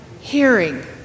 hearing